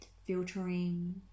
filtering